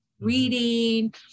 Reading